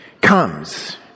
comes